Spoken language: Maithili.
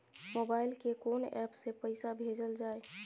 मोबाइल के कोन एप से पैसा भेजल जाए?